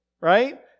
right